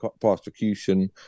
prosecution